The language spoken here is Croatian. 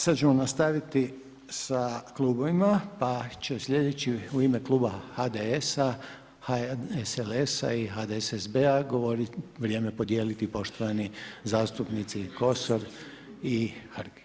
Sada ćemo nastaviti sa klubovima pa će sljedeći u ime kluba HDS-a, HSLS-a i HDSSB-a vrijeme podijeliti poštovani zastupnici Kosor i Hrg.